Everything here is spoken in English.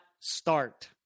start